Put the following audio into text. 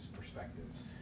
perspectives